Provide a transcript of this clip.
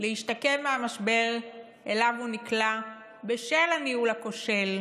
להשתקם מהמשבר שאליו הוא נקלע בשל הניהול הכושל,